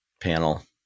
Panel